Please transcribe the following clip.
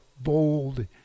bold